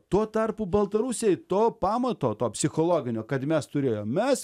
tuo tarpu baltarusiai to pamato to psichologinio kad mes turėjom mes